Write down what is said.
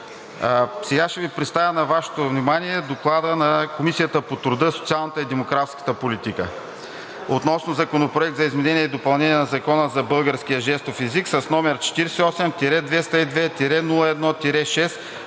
Сега ще представя на Вашето внимание: „ДОКЛАД на Комисията по труда, социалната и демографската политика относно Законопроект за изменение и допълнение на Закона за българския жестов език, № 48-202-01-6,